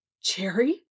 Cherry